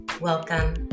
welcome